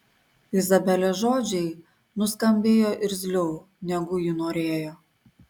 izabelės žodžiai nuskambėjo irzliau negu ji norėjo